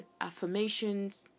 affirmations